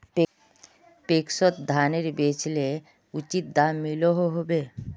पैक्सोत धानेर बेचले उचित दाम मिलोहो होबे?